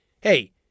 Hey